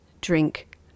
drink